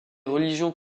religions